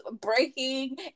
breaking